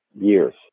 years